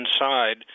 inside